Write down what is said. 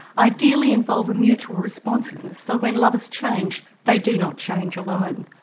ideally involve a mutual responsiveness, so when lovers change, they do not change alone.